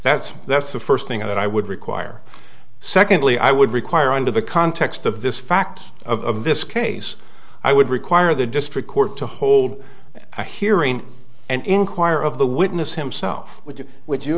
that's that's the first thing that i would require secondly i would require under the context of this fact of this case i would require the district court to hold a hearing and inquire of the witness himself which would you